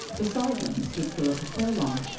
beside them stood philippa furlong,